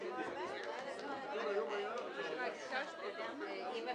12:50.